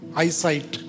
eyesight